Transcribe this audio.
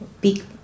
big